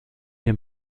dem